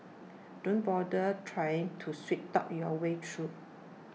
don't bother trying to sweet talk your way through